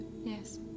Yes